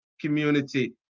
community